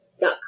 dot